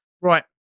Right